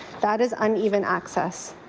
that is uneven access.